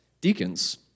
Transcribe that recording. Deacons